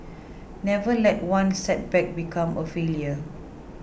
never let one setback become a failure